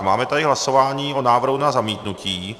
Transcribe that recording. Máme tady hlasování o návrhu na zamítnutí.